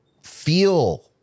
feel